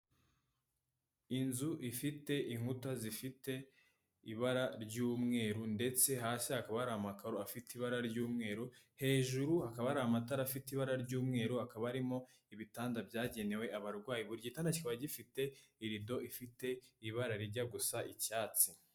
Inzu ifite inkuta zifite ibara ry'umweru ndetse hasi hakaba hari amakaro afite ibara ry'umweru, hejuru hakaba hari amatara afite ibara ry'umweru, hakaba harimo ibitanda byagenewe abarwayi, buri gitanda kikaba gifite irido ifite ibara rijya gusa icyatsi.